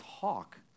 talk